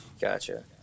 Gotcha